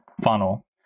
funnel